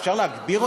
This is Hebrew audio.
אפשר להגביר?